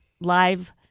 live